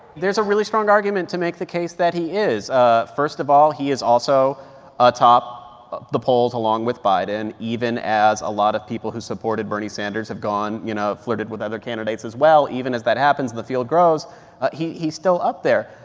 there's a really strong argument to make the case that he is. ah first of all, he is also atop the polls along with biden, even as a lot of people who supported bernie sanders have gone you know, flirted with other candidates as well. even as that happens the field grows he's still up there.